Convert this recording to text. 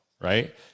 right